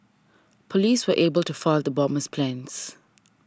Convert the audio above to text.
police were able to foil the bomber's plans